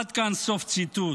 עד כאן, סוף ציטוט.